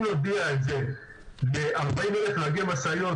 אם נודיע את זה ל-40,000 נהגי משאיות,